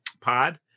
pod